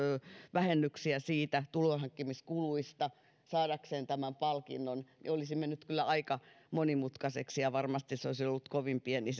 vähennyksiä tulonhankkimiskuluista saadakseen tämän palkinnon tämä olisi mennyt kyllä aika monimutkaiseksi ja varmasti se itse saatava hyöty olisi ollut kovin pieni